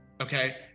Okay